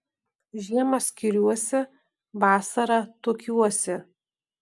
žiemą skiriuosi vasarą tuokiuosi